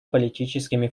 политическими